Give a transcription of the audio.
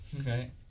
Okay